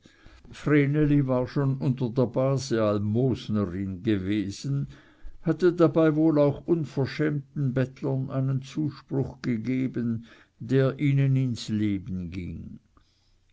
war schon unter der base almosnerin gewesen hatte dabei wohl auch unverschämten bettlern einen zuspruch gegeben der ihnen ins leben ging